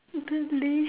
I don't believe